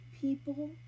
people